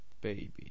Baby